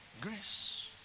Grace